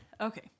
Okay